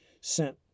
sent